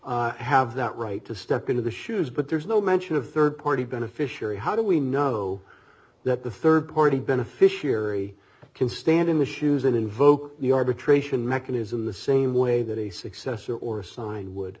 signs have that right to step into the shoes but there's no mention of rd party beneficiary how do we know that the rd party beneficiary can stand in the shoes and invoke the arbitration mechanism the same way that a successor or sign would